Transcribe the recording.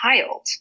child